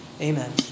Amen